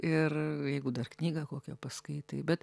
ir jeigu dar knygą kokio paskaitai bet